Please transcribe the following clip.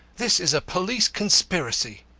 this is a police conspiracy.